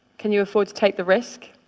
can you afford to take the risk?